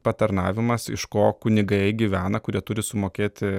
patarnavimas iš ko kunigai gyvena kurie turi sumokėti